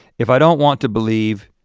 if i don't wanna believe